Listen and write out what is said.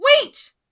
wait